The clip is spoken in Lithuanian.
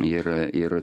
ir ir